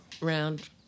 Round